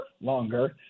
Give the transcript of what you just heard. longer